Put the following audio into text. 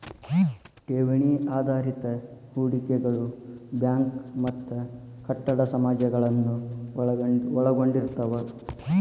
ಠೇವಣಿ ಆಧಾರಿತ ಹೂಡಿಕೆಗಳು ಬ್ಯಾಂಕ್ ಮತ್ತ ಕಟ್ಟಡ ಸಮಾಜಗಳನ್ನ ಒಳಗೊಂಡಿರ್ತವ